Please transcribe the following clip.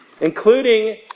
Including